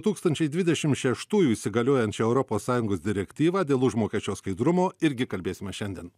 tūkstančiai dvidešimt šeštųjų įsigaliojančią europos sąjungos direktyvą dėl užmokesčio skaidrumo irgi kalbėsime šiandien